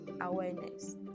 awareness